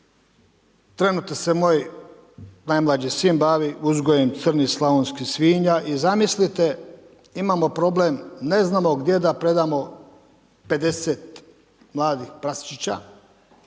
trenutno se moj najmlađi sin bavi uzgojem crnih slavonskih svinja i zamislite imamo problem, ne znamo gdje da predamo 50 mladih praščića